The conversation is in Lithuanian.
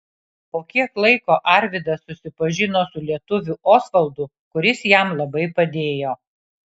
po kiek laiko arvydas susipažino su lietuviu osvaldu kuris jam labai padėjo